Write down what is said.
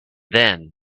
then